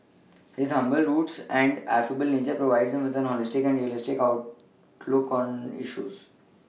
his humble roots and affable nature provide him with a holistic and realistic outlook on issues